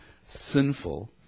sinful